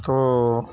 تو